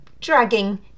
dragging